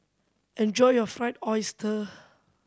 enjoy your Fried Oyster